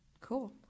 Cool